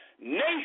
nation